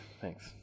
Thanks